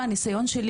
מהניסיון שלי,